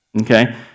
Okay